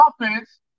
offense